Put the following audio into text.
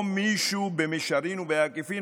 או במישרין או בעקיפין,